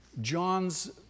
John's